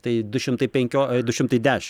tai du šimtai penkio du šimtai dešim